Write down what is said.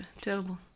terrible